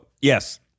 yes